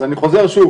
אז אני חוזר שוב,